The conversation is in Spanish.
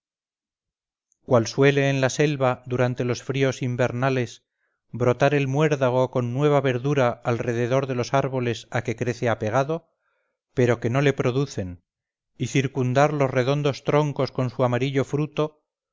cual suele en la selva durante los fríos invernales brotar el muérdago con nueva verdura alrededor de los árboles a que crece apegado pero que no le producen y circundar los redondos troncos con su amarillo fruto